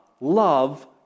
love